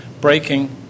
breaking